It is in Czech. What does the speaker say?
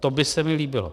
To by se mi líbilo.